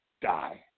die